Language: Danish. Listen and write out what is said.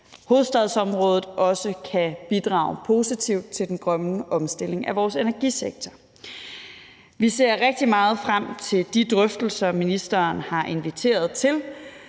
hovedstadsområdet også kan bidrage positivt til den grønne omstilling af vores energisektor. Vi ser rigtig meget frem til de drøftelser, ministeren har inviteret til,